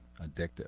addictive